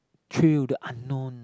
through the unknown